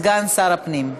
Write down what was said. סגן שר הפנים.